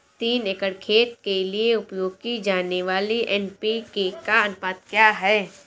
तीन एकड़ खेत के लिए उपयोग की जाने वाली एन.पी.के का अनुपात क्या है?